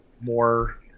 more